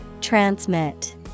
Transmit